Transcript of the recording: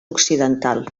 occidental